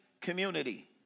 community